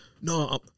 no